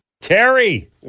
Terry